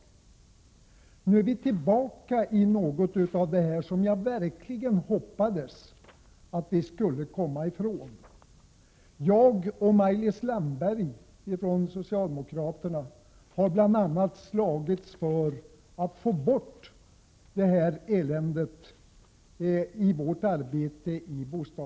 Nu är vi tillbaka i något som jag verkligen hoppades att vi skulle komma ifrån. Jag och Maj-Lis Landberg från socialdemokraterna har i bostadsbidragskommittén bl.a. slagits för att det här eländet skulle bort.